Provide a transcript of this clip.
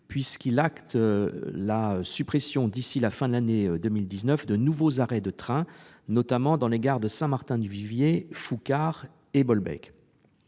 les élus : la suppression actée, d'ici à la fin de l'année 2019, de nouveaux arrêts de trains, notamment dans les gares de Saint-Martin-du-Vivier, Foucart et Bolbec.